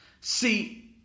See –